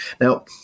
Now